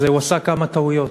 אז הוא עשה כמה טעויות.